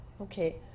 Okay